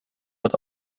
wird